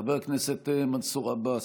חבר הכנסת מנסור עבאס,